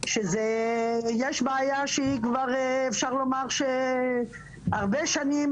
שזה ניגש בעיה שהיא כבר אפשר לומר הרבה שנים